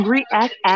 React